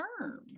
term